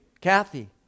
Kathy